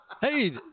hey